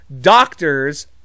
doctors